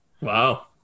Wow